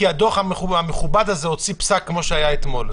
כי הדוח המכובד הזה הוציא פסק כמו שהיה אתמול.